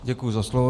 Děkuji za slovo.